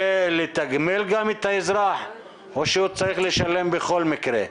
לתגמל גם את האזרח או שהוא צריך לשלם בכל מקרה?